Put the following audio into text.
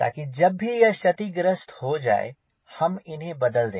ताकि जब भी यह क्षतिग्रस्त हो जाए हम इन्हें बदल दें